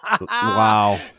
Wow